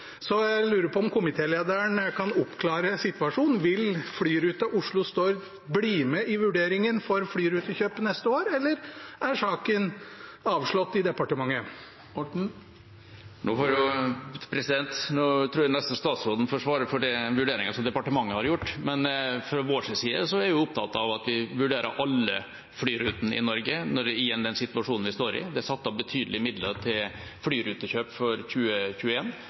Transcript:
så jeg lurer på om komitélederen kan oppklare situasjonen. Vil flyruta Oslo–Stord bli med i vurderingen for flyrutekjøp neste år, eller er saken avslått i departementet? Jeg tror nesten statsråden får svare for den vurderingen som departementet har gjort, men fra vår side er vi opptatt å vurdere alle flyrutene i Norge i den situasjonen vi står i. Det er satt av betydelige midler til flyrutekjøp for